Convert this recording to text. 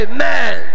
Amen